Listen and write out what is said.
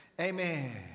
Amen